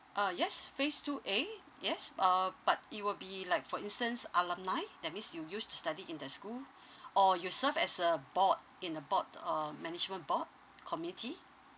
uh yes phase two A yes uh but it will be like for instance alumni that means you used to study in the school or you serve as a board in the board uh management board committee